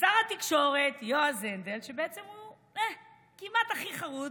שר התקשורת יועז הנדל, שבעצם הוא כמעט הכי חרוץ,